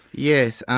yes,